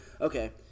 okay